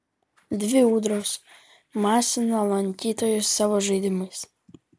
dvi ūdros masina lankytojus savo žaidimais